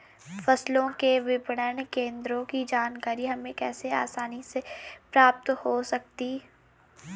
फसलों के विपणन केंद्रों की जानकारी हमें कैसे आसानी से प्राप्त हो सकती?